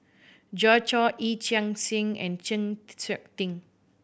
Joi Chua Yee Chia Hsing and Chng Seok Tin